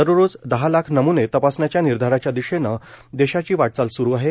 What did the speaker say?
दररोज दहा लाख नमुने तपासण्याच्या निर्धाराच्या दिशेनं देशाची वाटचाल सुरु आहे